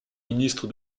ministre